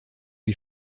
lui